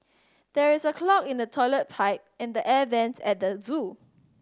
there is a clog in the toilet pipe and the air vents at the zoo